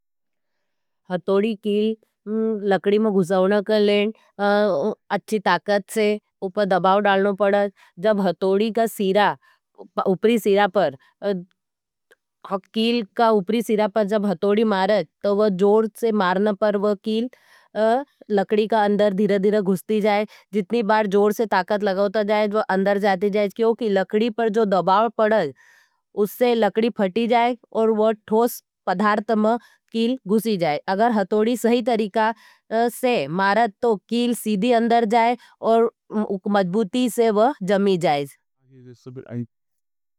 हटोडी कील लकडी में गुशाओना कर लेन अच्छी ताकत से उपर दबाव डालना पड़ाज़। जब हटोडी का सीरा उपरी सीरा पर कील का उपरी सीरा पर जब हटोडी मारज तो वो जोड से मारना पर वो कील लकडी का अंदर धीरधीर गुशती जाएज। जितनी बार जोड से ताकत लगवता जाएज वो अंदर जाती जाएज क्योंकि लकडी पर जो दबाव पड़ज उससे लकडी फटी जाएज और वो ठोस पधारतम कील गुशी जाएज। अगर हतोडी सही तरीका से मारज तो कील सीधी अंदर जाएज और मजबूती से वो जमी जाएज।